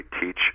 teach